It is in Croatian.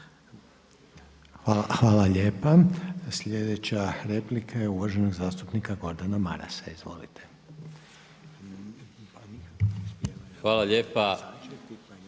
Hvala lijepa. Sljedeća replika je uvaženog zastupnika Gordana Marasa. Izvolite. **Maras,